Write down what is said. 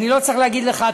אני לא צריך להגיד לך,